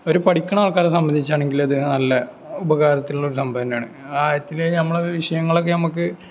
ഒരു പഠിക്കുന്ന ആൾക്കാരെ സംബന്ധിച്ചാണെങ്കില് ഇത് നല്ല ഉപകരത്തിൽ ഉള്ളൊരു സംഭവം തന്നെയാണ് ആ കാര്യത്തില് വിഷയങ്ങളൊക്കെ നമ്മൾക്ക്